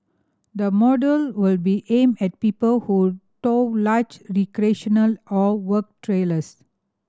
the model will be aimed at people who tow large recreational or work trailers